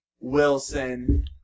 Wilson